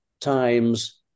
times